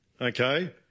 Okay